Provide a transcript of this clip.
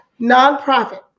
nonprofit